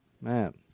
Man